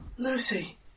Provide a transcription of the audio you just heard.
Lucy